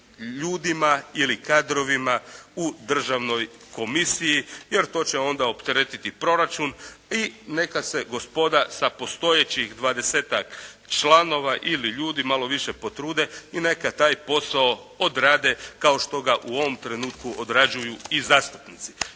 ljudima ili kadrovima u državnoj komisiji, jer to će onda opteretiti proračun i neka se gospoda sa postojećih 20-tak članova ili ljudi malo više potrude i neka taj posao odrade kao što ga u ovom trenutku odrađuju i zastupnici.